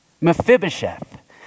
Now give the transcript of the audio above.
Mephibosheth